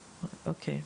אוקיי.